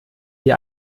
die